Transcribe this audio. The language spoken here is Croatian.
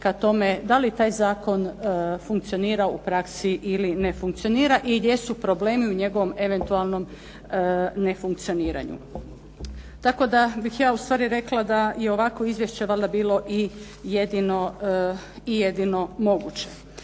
da li taj zakon funkcionira u praksi ili ne funkcionira i gdje su problemi u njegovom eventualnom nefunkcioniranju. Tako da bih ja u stvari rekla da je ovakvo izvješće valjda bilo i jedino moguće.